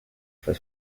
for